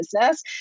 business